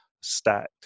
stacked